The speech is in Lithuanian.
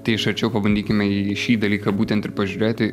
tai iš arčiau pabandykime į šį dalyką būtent ir pažiūrėti